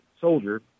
soldier